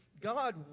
God